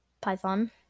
Python